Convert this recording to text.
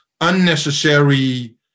unnecessary